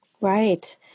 Right